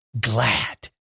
glad